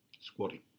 squatting